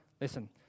listen